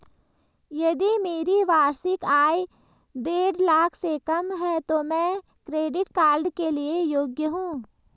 यदि मेरी वार्षिक आय देढ़ लाख से कम है तो क्या मैं क्रेडिट कार्ड के लिए योग्य हूँ?